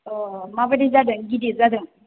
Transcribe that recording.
अ माबायदि जादों गिदिर जादों